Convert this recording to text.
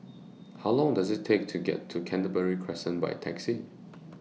How Long Does IT Take to get to Canberra Crescent By Taxi